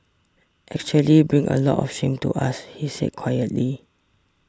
actually bring a lot of shame to us he said quietly